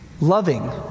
Loving